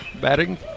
batting